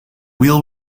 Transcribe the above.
wheel